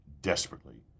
desperately